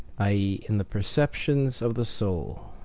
i. e. in the perceptions of the soul,